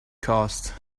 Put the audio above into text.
cost